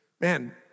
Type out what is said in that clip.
man